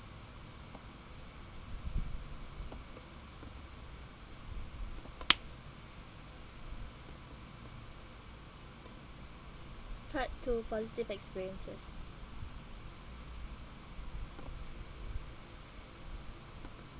part two positive experiences